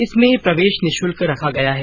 इसमें प्रवेश निःशुल्क रखा गया है